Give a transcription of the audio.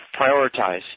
prioritize